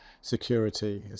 security